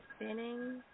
spinning